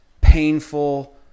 painful